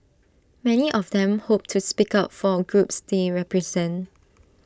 many of them hope to speak up for A groups they represent